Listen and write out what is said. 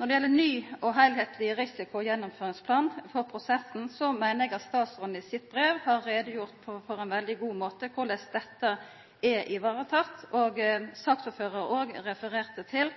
Når det gjeld ny og heilskapleg risikogjennomføringsplan for prosessen, meiner eg at statsråden i sitt brev på ein veldig god måte har gjort greie for korleis dette er vareteke. Saksordføraren refererte òg til